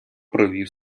провів